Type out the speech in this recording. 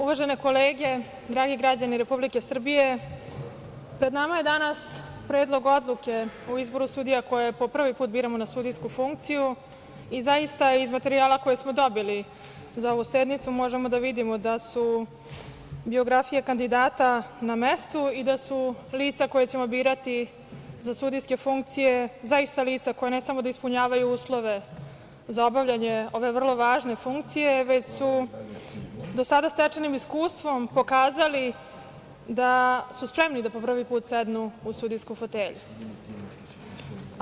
Uvažene kolege, dragi građani Republike Srbije, pred nama je danas Predlog odluke o izboru sudija koje po prvi put biramo na sudijsku funkciju i zaista iz materijala koji smo dobili za ovu sednicu možemo da vidimo da su biografije kandidata na mestu i da su lica koja ćemo birati za sudijske funkcije zaista lica koja ne samo da ispunjavaju uslove za obavljanje ove vrlo važne funkcije već su do sada stečenim iskustvom pokazali da su spremni da po prvi put sednu u sudijsku fotelju.